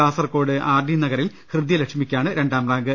Kasaragod RD നഗറിൽ ഹൃദ്യ ലക്ഷ്മിക്കാണ് രണ്ടാം റാങ്ക്